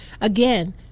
again